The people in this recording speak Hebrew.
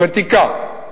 ותיקה.